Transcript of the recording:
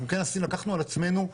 אנחנו לקחנו על עצמנו,